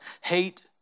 hate